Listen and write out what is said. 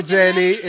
Jenny